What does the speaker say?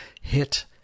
hit